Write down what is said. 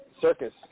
circus